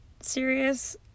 serious